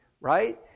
right